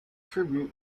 tribute